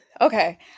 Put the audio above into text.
okay